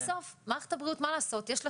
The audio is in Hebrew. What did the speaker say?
בסוף, מה לעשות, למערכת הבריאות יש שר.